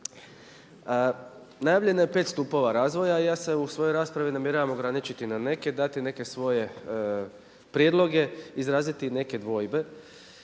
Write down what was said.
Najavljeno je 5 stupova razvoja i ja se u svojoj raspravi namjeravam ograničiti na neke i dati neke svoje prijedloge, izraziti i neke dvojbe.